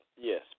Yes